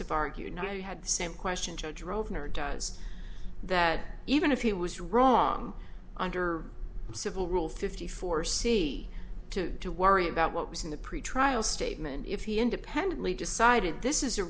have argued now you had the same question judge rove never does that even if he was wrong under civil rule fifty four c two to worry about what was in the pretrial statement if he independently decided this is a